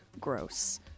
gross